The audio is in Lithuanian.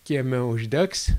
kieme uždegs